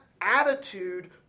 attitude